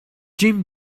jim